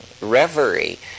reverie